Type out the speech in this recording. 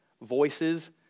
voices